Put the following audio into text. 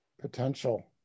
potential